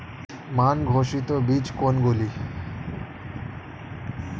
মান ঘোষিত বীজ কোনগুলি?